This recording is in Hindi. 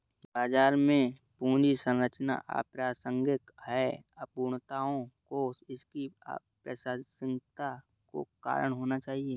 बाजार में पूंजी संरचना अप्रासंगिक है, अपूर्णताओं को इसकी प्रासंगिकता का कारण होना चाहिए